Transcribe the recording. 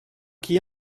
qui